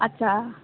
আচ্ছা